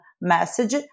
message